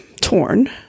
torn